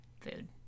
food